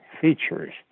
features